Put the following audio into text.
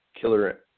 killer